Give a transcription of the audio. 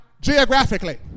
geographically